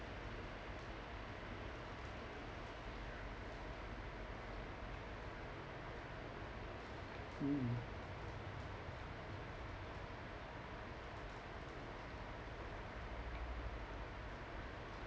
mm